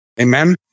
Amen